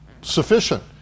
sufficient